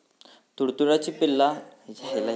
तुडतुड्याची पिल्ला आंब्याच्या मोहरातना काय शोशून घेतत?